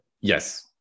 yes